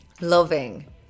Loving